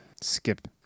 Skip